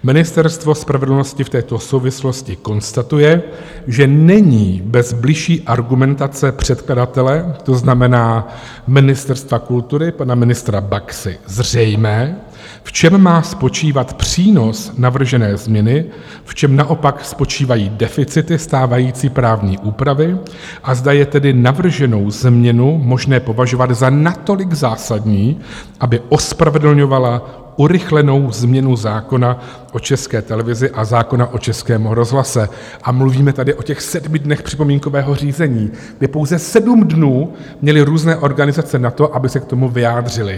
Ministerstvo spravedlnosti v této souvislosti konstatuje, že není bez bližší argumentace předkladatele, to znamená Ministerstva kultury, pana ministra Baxy, zřejmé, v čem má spočívat přínos navržené změny, v čem naopak spočívají deficity stávající právní úpravy a zda je tedy navrženou změnu možné považovat za natolik zásadní, aby ospravedlňovala urychlenou změnu zákona o České televizi a zákona o Českém rozhlase a mluvíme tady o těch sedmi dnech připomínkového řízení, kde pouze sedm dnů měly různé organizace na to, aby se k tomu vyjádřily.